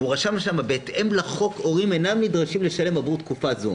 והוא כתב שם: בהתאם לחוק הורים אינם נדרשים לשלם עבור תקופה זו